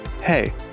Hey